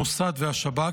המוסד והשב"כ,